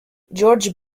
george